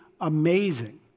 amazing